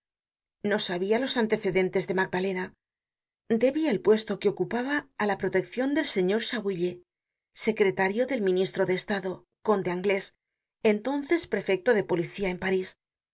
no sabia los antecedentes de magdalena debia el puesto que ocupaba á la proteccion del señor chabouillet secretario del ministro de estado conde anglés entonces prefecto de policía en parís